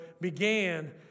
began